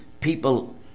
people